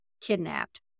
kidnapped